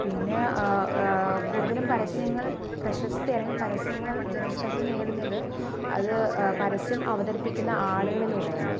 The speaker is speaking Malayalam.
പിന്നെ കൂടുതലും പരസ്യങ്ങൾ പ്രശസ്തി അല്ലെങ്കിൽ പരസ്യങ്ങൾ ജനശ്രദ്ധ നേടുന്നത് അത് പരസ്യം അവതരിപ്പിക്കുന്ന ആളുകളിലൂടെയാണ്